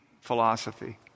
philosophy